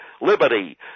liberty